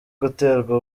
guterwa